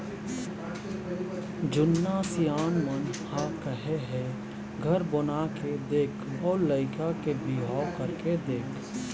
जुन्ना सियान मन ह कहे हे घर बनाके देख अउ लइका के बिहाव करके देख